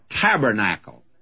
tabernacle